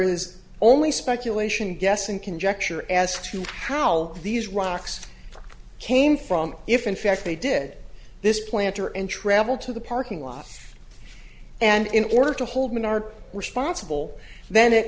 is only speculation guess and conjecture as to how these rocks came from if in fact they did this planter and travel to the parking lot and in order to hold menard responsible then